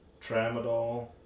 tramadol